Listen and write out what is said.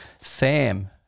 Sam